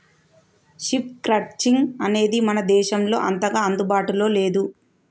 sheep crutching అనేది మన దేశంలో అంతగా అందుబాటులో లేదు